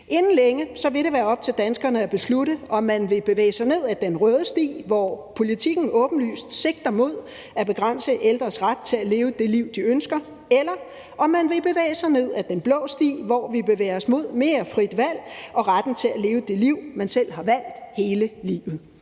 Inden længe vil det være op til danskerne at beslutte, om man vil bevæge sig ned ad den røde sti, hvor politikken åbenlyst sigter mod at begrænse ældres ret til at leve det liv, de ønsker, eller om man vil bevæge sig ned ad den blå sti, hvor vi bevæger os mod mere frit valg og retten til at leve det liv, man selv har valgt, hele livet.